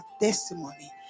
testimony